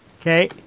Okay